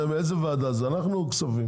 באיזה ועדה זה, אנחנו או כספים?